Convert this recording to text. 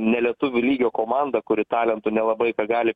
ne lietuvių lygio komanda kuri talentų nelabai ką gali